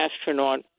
astronaut